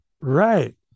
Right